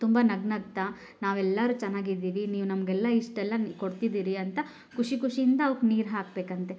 ತುಂಬ ನಗು ನಗ್ತಾ ನಾವೆಲ್ಲರೂ ಚೆನ್ನಾಗಿದ್ದೀವಿ ನೀವು ನಮಗೆಲ್ಲ ಇಷ್ಟೆಲ್ಲ ಕೊಡ್ತಿದ್ದೀರಿ ಅಂತ ಖುಷಿ ಖುಷಿ ಇಂದ ಅವ್ಕೆ ನೀರು ಹಾಕಬೇಕಂತೆ